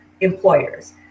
employers